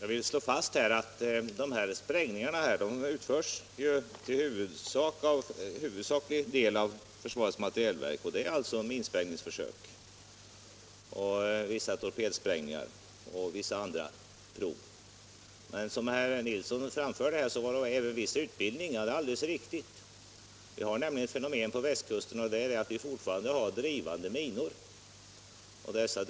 Jag vill slå fast att de här sprängningarna till huvudsaklig del skall utföras av försvarets materielverk — sprängningsförsök, torpedsprängningar och vissa andra prov. Men som herr Nilsson alldeles riktigt framförde skall det även bedrivas viss utbildning. Vi har nämligen på västkusten fortfarande drivande minor. Dessa